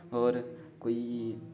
होर कोई